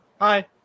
Hi